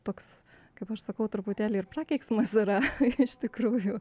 toks kaip aš sakau truputėlį ir prakeiksmas yra iš tikrųjų